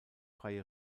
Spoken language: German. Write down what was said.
freie